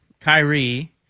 Kyrie